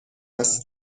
است